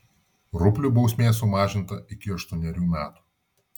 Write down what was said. rupliui bausmė sumažinta iki aštuonerių metų